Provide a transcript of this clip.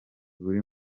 buri